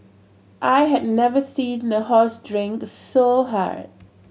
I had never seen a horse drink so hard